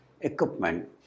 equipment